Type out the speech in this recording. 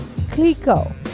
Clico